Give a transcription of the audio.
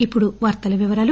ఇప్పుడు వార్తల వివరాలు